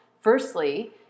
Firstly